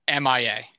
MIA